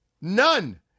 none